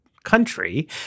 country